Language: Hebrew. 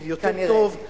יותר טוב.